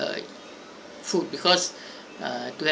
uh food because err